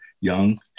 young